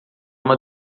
uma